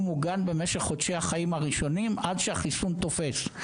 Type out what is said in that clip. מוגן במשך חודשי החיים הראשונים עד שהחיסון תופס.